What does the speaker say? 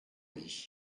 lit